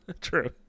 True